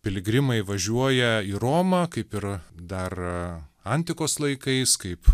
piligrimai važiuoja į romą kaip ir dar antikos laikais kaip